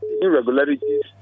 irregularities